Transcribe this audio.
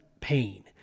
pain